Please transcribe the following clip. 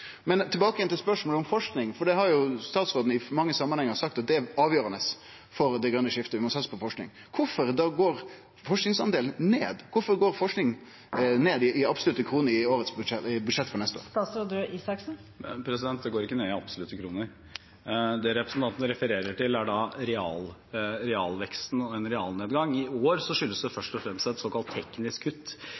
Men tilbake igjen til spørsmålet om forsking, for det har statsråden i mange samanhengar sagt er avgjerande for det grøne skiftet, vi må satse på forsking. Kvifor går da forskingsdelen ned? Kvifor går forskinga ned i absolutte kroner i budsjettet for neste år? Det går ikke ned i absolutte kroner. Det representanten refererer til, er en realnedgang. I år skyldes det først og fremst et såkalt teknisk kutt